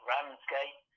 Ramsgate